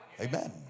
Amen